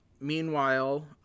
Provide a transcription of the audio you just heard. meanwhile